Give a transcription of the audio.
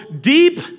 deep